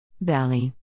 valley